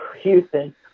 Houston